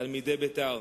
תלמידי בית"ר,